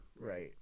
Right